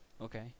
Okay